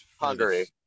Hungary